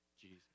Jesus